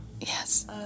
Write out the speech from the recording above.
Yes